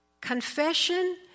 Confession